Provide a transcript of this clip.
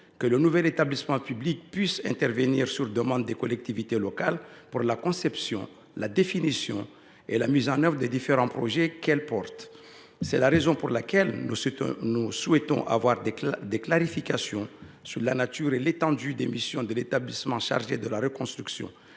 que le nouvel établissement public puisse intervenir à la demande des collectivités locales pour la conception, la définition et la mise en œuvre des différents projets qu’elles assument. C’est la raison pour laquelle nous souhaitons avoir des clarifications sur la nature et l’étendue des missions de l’établissement chargé de la reconstruction.